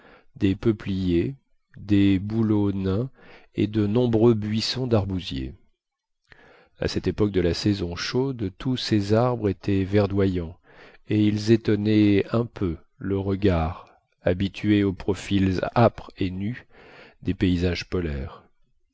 des peupliers des bouleaux nains et de nombreux buissons d'arbousiers à cette époque de la saison chaude tous ces arbres étaient verdoyants et ils étonnaient un peu le regard habitué aux profils âpres et nus des paysages polaires